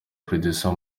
producer